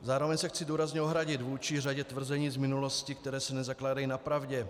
Zároveň se chci důrazně ohradit vůči řadě tvrzení z minulosti, která se nezakládají na pravdě.